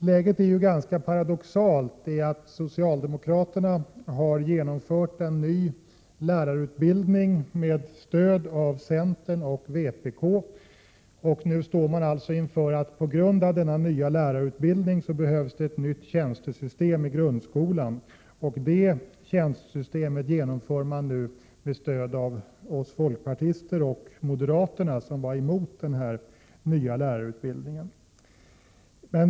Läget är ganska paradoxalt. Socialdemokraterna har genomfört en ny lärarutbildning med stöd av centern och vpk, och på grund av denna nya lärarutbildning behövs det nu ett nytt tjänstesystem i grundskolan. Detta tjänstesystem genomför socialdemokraterna nu med stöd av oss folkpartister och moderaterna, som var emot den nya lärarutbildningen.